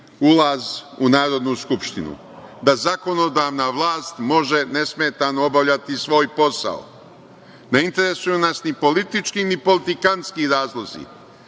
ulaz u Narodnu Skupštinu. Da zakonodavna vlast može nesmetano obavljati svoj posao. Ne interesuju nas ni politički ni politikanski razlozi